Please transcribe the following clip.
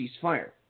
ceasefire